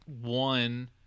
one